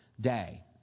day